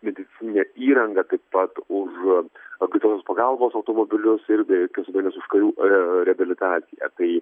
medicinine įranga taip pat už greitosios pagalbos automobilius ir be jokios abejonės už karių reabilitaciją tai